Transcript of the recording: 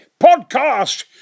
Podcast